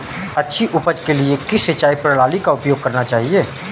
अच्छी उपज के लिए किस सिंचाई प्रणाली का उपयोग करना चाहिए?